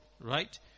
right